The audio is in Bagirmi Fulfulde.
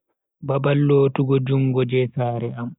Babal lotugo jungo je sare am.